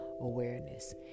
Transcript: awareness